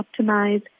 optimize